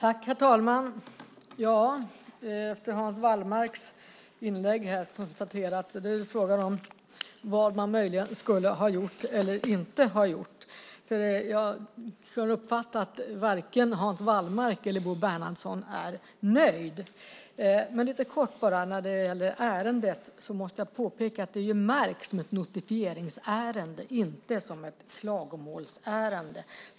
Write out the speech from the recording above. Herr talman! Efter Hans Wallmarks inlägg kan man konstatera att det är fråga om vad man möjligen skulle ha gjort eller inte ha gjort. Jag har uppfattat att varken Hans Wallmark eller Bo Bernhardsson är nöjd. När det gäller ärendet måste jag påpeka att det är märkt som ett notifieringsärende, inte som ett klagomålsärende.